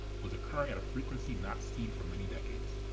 was occurring at a frequency not seen for many decades.